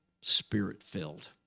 spirit-filled